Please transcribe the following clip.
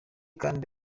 kandi